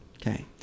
okay